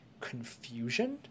confusion